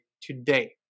Today